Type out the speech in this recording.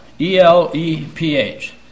e-l-e-p-h